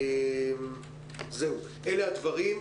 אלה הדברים.